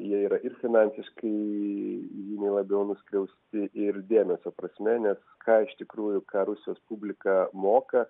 jie yra ir finansiškai žymiai labiau nuskriausti ir dėmesio prasme nes ką iš tikrųjų ką rusjos publika moka